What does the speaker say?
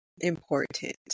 important